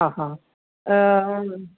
आहा